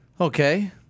Okay